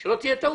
שלא תהיה טעות.